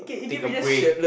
take a break